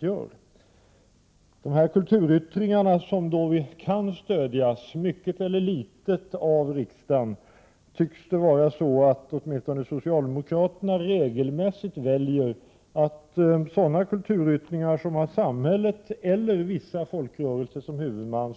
När det gäller kulturyttringarna, som kan stödjas mycket eller litet av riksdagen, tycks det vara så att åtminstone socialdemokraterna regelmässigt väljer att stödja sådana kulturyttringar som har samhället eller vissa folkrörelser som huvudman,